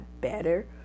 better